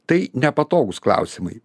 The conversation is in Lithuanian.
tai nepatogūs klausimai